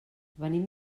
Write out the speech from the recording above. venim